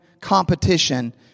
competition